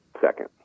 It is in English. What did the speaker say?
second